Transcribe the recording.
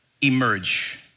emerge